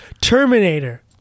Terminator